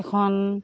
এখন